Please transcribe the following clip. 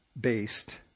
based